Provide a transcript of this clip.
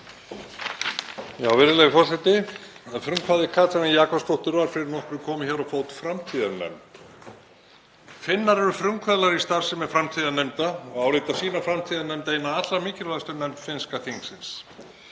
Virðulegur forseti. Að frumkvæði Katrínar Jakobsdóttur var fyrir nokkru komið á fót framtíðarnefnd. Finnar eru frumkvöðlar í starfsemi framtíðarnefnda og álíta sína framtíðarnefnd eina allra mikilvægustu nefnd finnska þingsins.